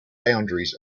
boundaries